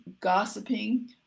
gossiping